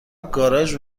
گاراژ